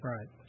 Right